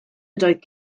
ydoedd